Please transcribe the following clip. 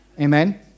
Amen